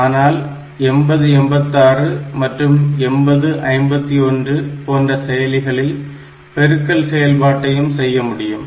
ஆனால் 8086 மற்றும் 8051 போன்ற செயலிகளில் பெருக்கல் செயல்பாடையும் செய்ய முடியும்